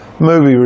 Movie